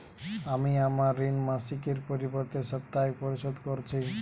আমি আমার ঋণ মাসিকের পরিবর্তে সাপ্তাহিক পরিশোধ করছি